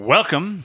Welcome